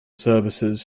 services